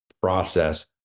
process